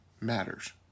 matters